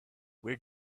where